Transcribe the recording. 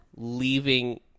leaving